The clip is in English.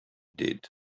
did